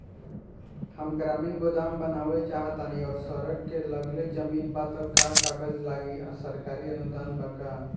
हम ग्रामीण गोदाम बनावल चाहतानी और सड़क से लगले जमीन बा त का कागज लागी आ सरकारी अनुदान बा का?